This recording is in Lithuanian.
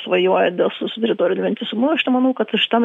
svajoja dėl su su teritoriniu vientisumu aš nemanau kad šitam